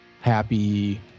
happy